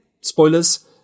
Spoilers